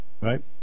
right